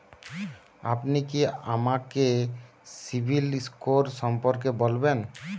আপনি কি আমাকে সিবিল স্কোর সম্পর্কে বলবেন?